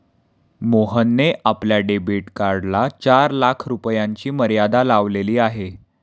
मोहनने आपल्या डेबिट कार्डला चार लाख रुपयांची मर्यादा लावलेली आहे